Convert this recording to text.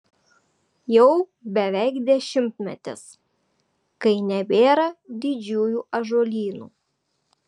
jau beveik dešimtmetis kai nebėra didžiųjų ąžuolynų